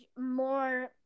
more